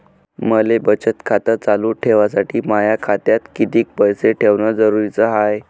मले बचत खातं चालू ठेवासाठी माया खात्यात कितीक पैसे ठेवण जरुरीच हाय?